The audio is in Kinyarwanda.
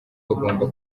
bagomba